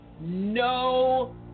No